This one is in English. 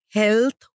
health